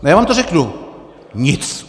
Já vám to řeknu: Nic!